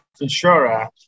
insurer